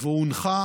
והונחה